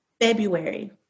February